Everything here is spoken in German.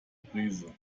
brise